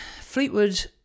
Fleetwood